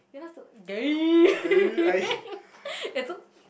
you're not supposed to Gary eh so